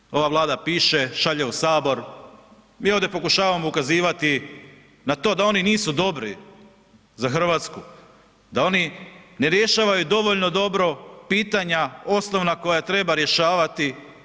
Zakone ova Vlada piše, šalje u Sabor, mi ovdje pokušavamo ukazivati na to da oni nisu dobri za Hrvatsku, da oni ne rješavaju dovoljno dobro pitanja osnovna koja treba rješavati.